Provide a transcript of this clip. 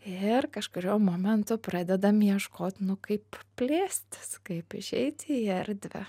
ir kažkuriuo momentu pradedam ieškot kaip plėstis kaip išeiti į erdvę